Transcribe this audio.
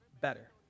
better